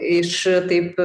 iš taip